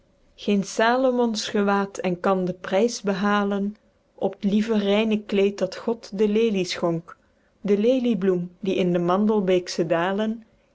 geen salomons gewaed en kan den prys behalen op t lieve reine kleed dat god de lelie schonk de leliebloem die in de mandelbeeksche dalen